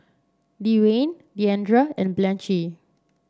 Dewayne Deandre and Blanchie